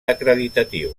acreditatiu